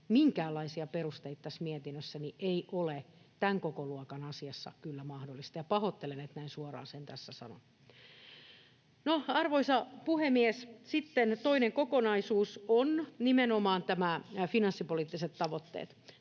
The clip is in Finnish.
minkäänlaisia perusteita tässä mietinnössä ei ole tämän kokoluokan asiassa kyllä mahdollista, ja pahoittelen, että näin suoraan sen tässä sanon. No, arvoisa puhemies, sitten toinen kokonaisuus on nimenomaan nämä finanssipoliittiset tavoitteet: